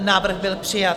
Návrh byl přijat.